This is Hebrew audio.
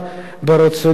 ברצוני,